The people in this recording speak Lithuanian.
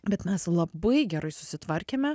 bet mes labai gerai susitvarkėme